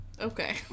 Okay